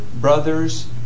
brother's